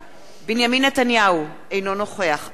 בנימין נתניהו, אינו נוכח חנא סוייד,